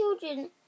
children